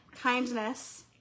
kindness